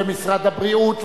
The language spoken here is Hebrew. ומשרד הבריאות,